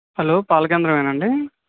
hello పాల కేంద్రమేనా అండి